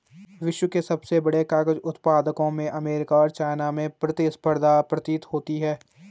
विश्व के सबसे बड़े कागज उत्पादकों में अमेरिका और चाइना में प्रतिस्पर्धा प्रतीत होता है